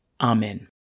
Amen